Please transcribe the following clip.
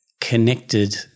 connected